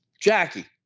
Jackie